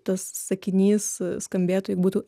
tas sakinys skambėtų jeigu būtų